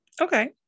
Okay